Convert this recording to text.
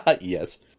yes